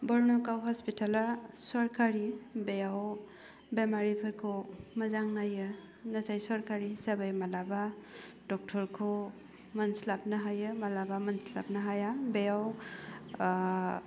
बरन'गाव हस्पिताला सरकारि बेयाव बेमारिफोरखौ मोजां नायो नाथाय सरकारि हिसाबै मालाबा डक्टरखौ मोनस्लाबनो हायो मालाबा मोनस्लाबनो हाया बेयाव ओह